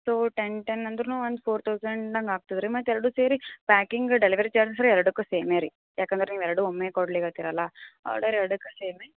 to ten ten ಅಂದರೂನು one four ತೌಸಂಡಂಗೆ ಆಗ್ತದೆ ರೀ ಮತ್ತು ಎರಡು ಸೇರಿ ಪ್ಯಾಕಿಂಗ್ ಡೆಲಿವರಿ ಚಾರ್ಜ್ ಎರಡಕ್ಕೂ ಸೀಮೆ ರೀ ಯಾಕೆಂದರೆ ನೀವು ಎರಡು ಒಮ್ಮೆ ಕೊಡ್ಲಿಕ್ಕೆ ಹತ್ತೀರಲ್ಲ ಆರ್ಡರ್ ಎರಡಕ್ಕೂ ಸೇಮೆ